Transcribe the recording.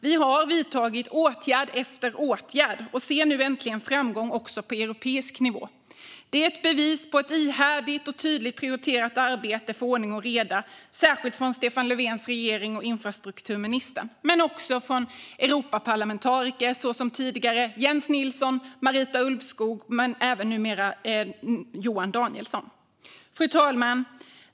Vi har vidtagit åtgärd efter åtgärd och ser nu äntligen framgång också på europeisk nivå. Det är ett bevis på ett ihärdigt och tydligt prioriterat arbete för ordning och reda, särskilt från Stefan Löfvens regering och infrastrukturministern men också från Europaparlamentariker som tidigare Jens Nilsson och Marita Ulvskog och numera även Johan Danielsson. Fru talman!